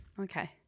Okay